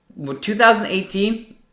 2018